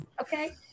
Okay